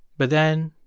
but then,